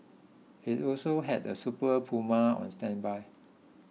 it also had a Super Puma on standby